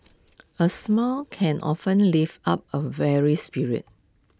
A smile can often lift up A weary spirit